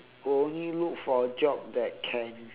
only look for job that can